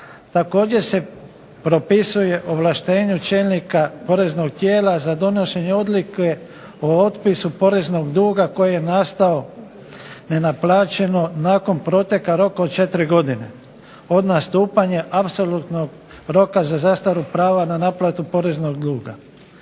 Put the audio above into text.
Također se propisuje ovlaštenju čelnika poreznog tijela za donošenje odluke o otpisu poreznog duga koji je nastao nenaplaćeno nakon proteka roka od 4 godine, od nastupanja apsolutnog roka za zastaru prava na naplatu poreznog duga.